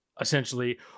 essentially